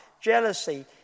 jealousy